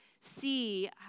see